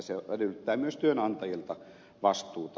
se edellyttää myös työnantajilta vastuuta